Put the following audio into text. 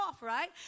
right